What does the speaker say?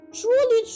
truly